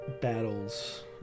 battles